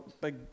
big